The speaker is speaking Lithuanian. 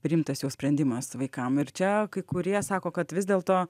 priimtas jau sprendimas vaikam ir čia kai kurie sako kad vis dėlto